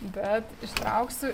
bet ištrauksiu